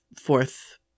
fourth